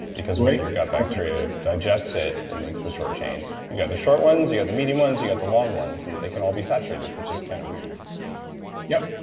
because when you've got bacteria digested, it and makes the shortchain. you've got the short ones, you've got the medium ones, you got the long ones, and they can all be saturated, which is kind of weird yep.